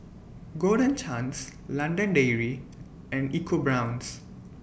Golden Chance London Dairy and EcoBrown's